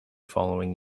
following